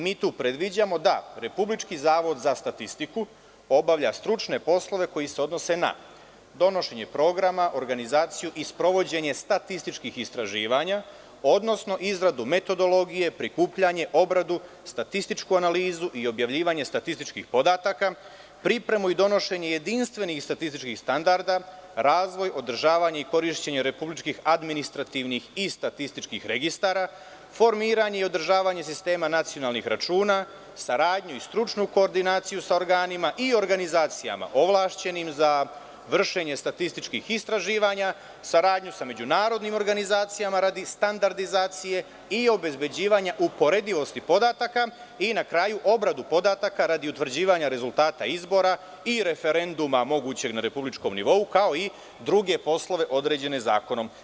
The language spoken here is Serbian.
Mi tu predviđamo da Republički zavod za statistiku obavlja stručne poslove koji se odnose na: donošenje programa, organizaciju i sprovođenje statističkih istraživanja, odnosno izradu metodologije, prikupljanje, obradu, statističku analizu i objavljivanje statističkih podataka; pripremu i donošenje jedinstvenih statističkih standarda; razvoj, održavanje i korišćenje republičkih administrativnih i statističkih registara; formiranje i održavanje sistema nacionalnih računa; saradnju i stručnu koordinaciju sa organima i organizacijama ovlašćenim za vršenje statističkih istraživanja; saradnju sa međunarodnim organizacijama radi standardizacije i obezbeđivanja uporedivosti podataka; i na kraju obradu podataka radi utvrđivanja rezultata izbora i referenduma mogućeg na republičkom nivou, kao i druge poslove određene zakonom.